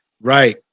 Right